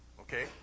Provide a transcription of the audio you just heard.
Okay